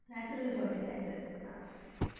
natural fertiliser नास्